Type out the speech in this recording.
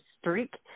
streak